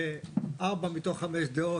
של 4 מתוך 5 דעות,